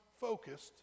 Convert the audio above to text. focused